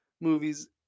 movies